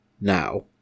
now